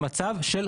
מידות.